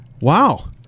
Wow